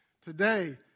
today